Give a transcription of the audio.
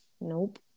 Nope